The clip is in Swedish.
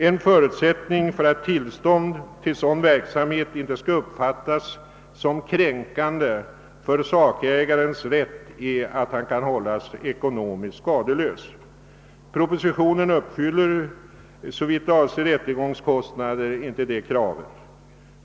En förutsättning för att tillstånd till sådan verksamhet inte skall uppfattas som kränkande för sakägarens rätt är att han kan hållas ekonomiskt skadeslös. Propositionen uppfyller, såvitt avser rättegångskostnader, inte det kravet.